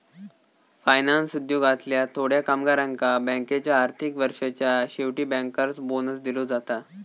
finance उद्योगातल्या थोड्या कामगारांका बँकेच्या आर्थिक वर्षाच्या शेवटी बँकर्स बोनस दिलो जाता